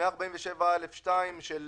סעיף 147(א)(2) של